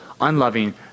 unloving